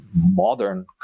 modern